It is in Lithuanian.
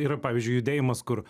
yra pavyzdžiui judėjimas kur